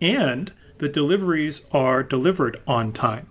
and the deliveries are delivered on time.